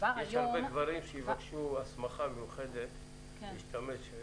יש הרבה גברים שיבקשו הסמכה מיוחדת להשתמש,